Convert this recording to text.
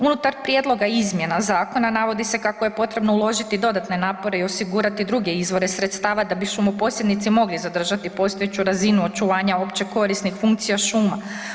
Unutar prijedloga izmjena zakona, navodi se kako je potrebno uložiti dodatne naporne i osigurati druge izvore sredstava da bi šumoposjednici mogli zadržati postojeću razinu očuvanja općekorisnih funkcija šuma.